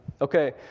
Okay